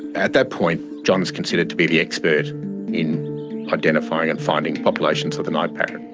at that point, john is considered to be the expert in identifying and finding populations of the night parrot.